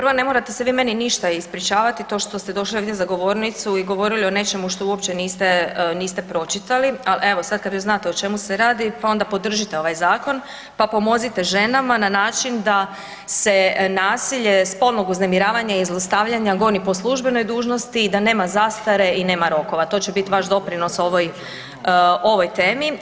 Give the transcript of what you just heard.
Prvo, ne morate se vi meni ništa ispričavati, to što ste došli ovdje za govornicu i govorili o nečemu što uopće niste pročitali, ali evo, sad kad već znate o čemu se radi pa onda podržite ovaj zakon pa pomozite ženama na način da se nasilje spolnog uznemiravanja i zlostavljanja goni po službenoj dužnosti i da nema zastare i nema rokova, to će biti vaš doprinos ovoj temi.